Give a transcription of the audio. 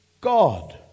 God